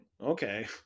okay